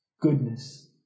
goodness